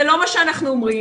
זה לא מה שאנחנו אומרים,